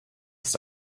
ist